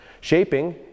Shaping